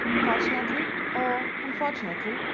fortunately or unfortunately,